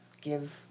give